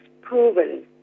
proven